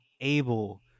able